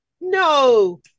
No